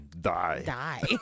die